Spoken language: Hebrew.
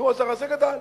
נו, אז הרזה גדל.